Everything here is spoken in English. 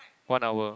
one hour